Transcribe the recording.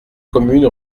communes